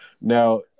Now